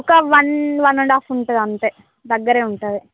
ఒక one one and half ఉంటుంది అంతే దగ్గరే ఉంటుంది